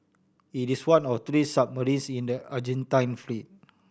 it is one of three submarines in the Argentine fleet